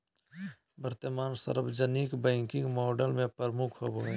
वर्तमान सार्वजनिक banking model में प्रमुख होबो हइ